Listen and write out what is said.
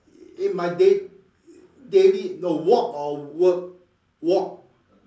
in my day daily no walk or work walk